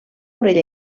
orella